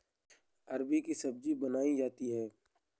अरबी की सब्जी बनायीं जाती है